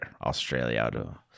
Australia